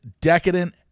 decadent